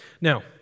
Now